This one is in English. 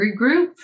regroup